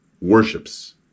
worships